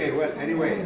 anyway,